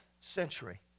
century